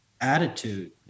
attitude